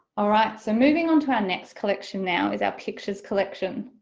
alright, so moving on to our next collection now is our pictures collection,